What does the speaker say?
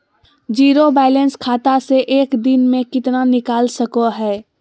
Zero balance खाता से एक दिन में कितना निकाल सको है?